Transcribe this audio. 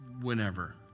whenever